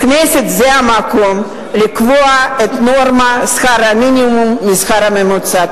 הכנסת זה המקום לקבוע את הנורמה של שכר המינימום מהשכר הממוצע.